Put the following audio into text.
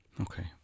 Okay